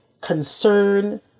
concern